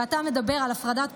ואתה מדבר על הפרדת פסולת,